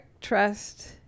trust